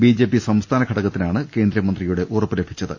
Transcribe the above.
BJP സ്ംസ്ഥാന ഘടകത്തിനാണ് കേന്ദ്രമന്ത്രിയുടെ ഉറപ്പ് ലഭിച്ചത്